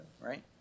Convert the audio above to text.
right